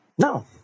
No